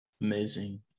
Amazing